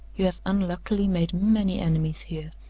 you have unluckily made many enemies here,